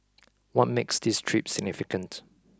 what makes this trip significant